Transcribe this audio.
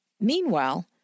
Meanwhile